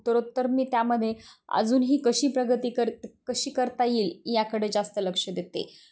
उत्तरोत्तर मी त्यामध्ये अजूनही कशी प्रगती करत कशी करता येईल याकडे जास्त लक्ष देते